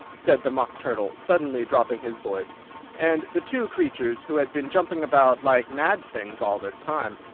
said the mock turtle, suddenly dropping his voice and the two creatures, who had been jumping about like mad things all this time,